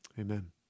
Amen